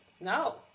no